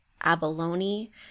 abalone